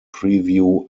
preview